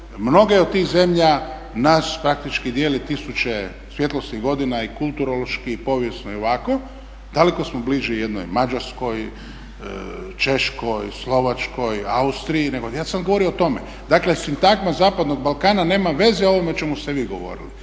mnoge od tih zemalja nas praktički dijeli tisuće svjetlosnih godina i kulturoloških i povijesno i ovako, daleko smo bliži jednoj Mađarskoj, Češkoj, Slovačkoj, Austriji. Ja sam govorio o tome. Dakle sintagma zapadnog Balkana nema veze s ovim o čemu ste vi govorili